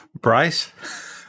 Bryce